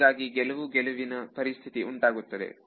ಹೀಗಾಗಿ ಗೆಲುವು ಗೆಲುವಿನ ಪರಿಸ್ಥಿತಿ ಉಂಟಾಗುತ್ತದೆ